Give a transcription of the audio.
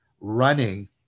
running